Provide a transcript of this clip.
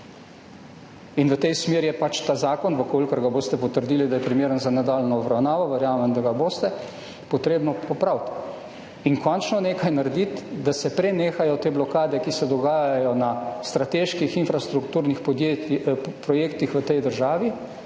In v tej smeri je pač ta zakon, če ga boste potrdili, da je primeren za nadaljnjo obravnavo, verjamem, da ga boste, treba popraviti in končno nekaj narediti, da se prenehajo te blokade, ki se dogajajo na strateških infrastrukturnih projektih v tej državi,